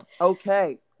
Okay